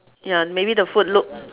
ya maybe the food look